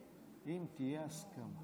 אדוני השר,